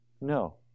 No